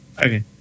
Okay